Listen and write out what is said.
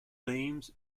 themes